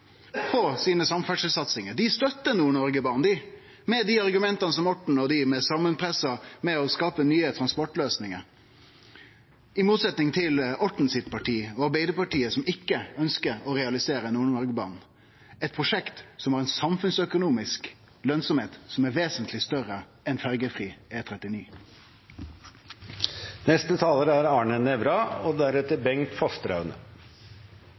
Dei støttar Nord-Noregbanen, dei, med argumenta om å skape nye transportløysingar – i motsetning til Orten sitt parti og Arbeidarpartiet, som ikkje ønskjer å realisere Nord-Noregbanen, eit prosjekt som har ei samfunnsøkonomisk lønsemd som er vesentleg større enn ferjefri E39. Representanten Arne Nævra har hatt ordet to ganger tidligere og